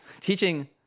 teaching